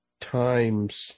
times